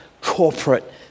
corporate